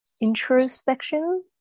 introspection